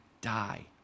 die